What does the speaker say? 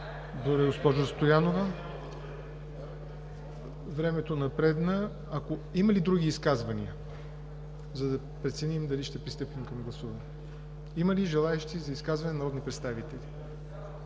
Благодаря, госпожо Стоянова. Времето напредна. Има ли други изказвания, за да преценим дали ще пристъпим към гласуване? Има ли желаещи за изказвания народни представители?